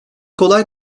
kolay